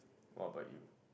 what about you